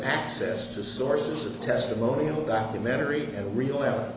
access to sources of testimonial documentary and real al an